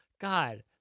God